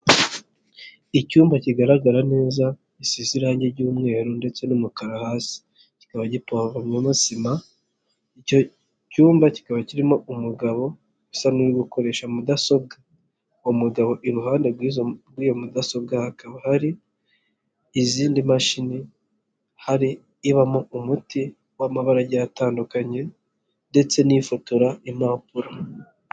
Icyumba kigaragara neza gisize irangi ry'umweru ndetse n'umukara hasi, kikaba gipavomyemo sima icyo cyumba kikaba kirimo umugabo usa n'koresha mudasobwa, uwo mugabo iruhande rwi rw'iyo mudasobwa hakaba hari izindi mashini hari ibamo umuti w'amabara agiye atandukanye ndetse n'ifotora impapuro.